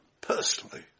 personally